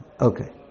Okay